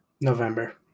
November